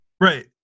Right